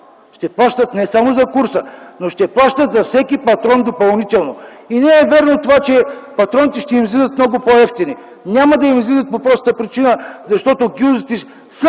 Ще плащат не само за курса, но ще плащат за всеки патрон допълнително. И не е вярно това, че патроните ще им излизат много по-евтини. Няма да им излизат по простата причина, защото гилзите са